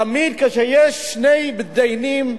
תמיד כשיש שני מתדיינים,